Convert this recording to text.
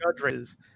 judges